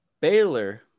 Baylor